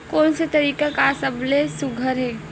कोन से तरीका का सबले सुघ्घर हे?